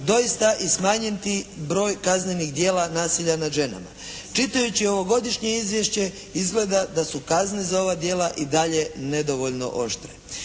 doista i smanjiti broj kaznenih djela nasilja nad ženama. Čitajući ovogodišnje izvješće izgleda da su kazne za ova djela i dalje nedovoljno oštre.